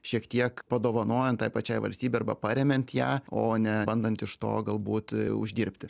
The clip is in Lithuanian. šiek tiek padovanojant tai pačiai valstybei arba paremiant ją o ne bandant iš to galbūt e uždirbti